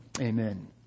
Amen